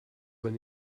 when